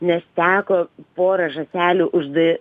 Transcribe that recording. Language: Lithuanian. nes teko porą žąselių užda